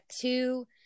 two